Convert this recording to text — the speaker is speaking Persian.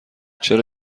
چرا